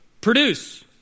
Produce